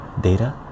data